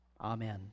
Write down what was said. Amen